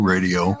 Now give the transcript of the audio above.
Radio